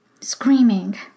screaming